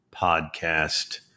podcast